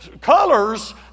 colors